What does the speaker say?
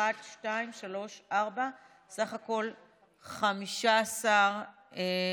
4. בסך הכול 15 בעד.